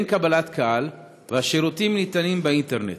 אין קבלת קהל והשירותים ניתנים באינטרנט.